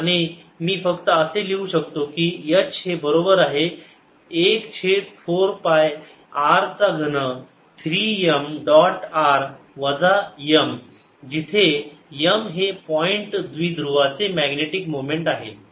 आणि मी फक्त असे लिहू शकतो की H हे बरोबर आहे 1 छेद 4 पाय r चा घन 3 m डॉट r वजा m जिथे m हे पॉईंट द्विध्रुवाचे मॅग्नेटिक मोमेंट आहे